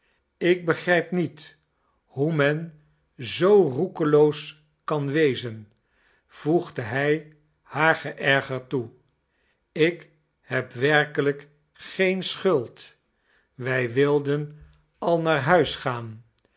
ik begrijp niet hoe men zoo roekeloos kan wezen voegde hij haar geërgerd toe ik heb werkelijk geen schuld wij wilden al naar huis gaan